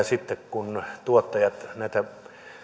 sitten kun tuottajat näitä